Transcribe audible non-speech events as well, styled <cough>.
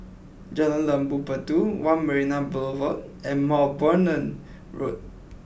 Jalan Labu Puteh One Marina Boulevard and <unintelligible> Road